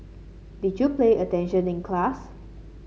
did you play attention in class